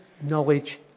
knowledge